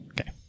Okay